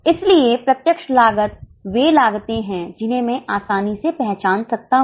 इसलिए प्रत्यक्ष लागत वे लागते हैं जिन्हें मैं आसानी से पहचान सकता हूं